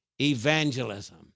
evangelism